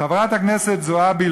חברת הכנסת זועבי,